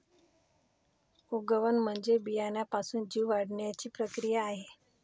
उगवण म्हणजे बियाण्यापासून जीव वाढण्याची प्रक्रिया आहे